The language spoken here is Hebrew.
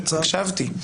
הקשבתי, הקשבתי.